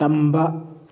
ꯇꯝꯕ